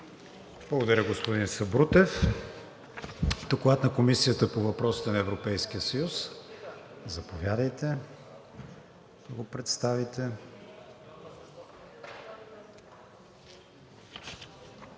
Благодаря, господин Сабрутев. Доклад на Комисията по въпросите на Европейския съюз? Заповядайте да го представите.